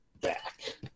back